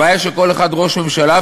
הבעיה היא שכל אחד ראש ממשלה,